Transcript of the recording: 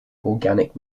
organic